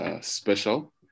special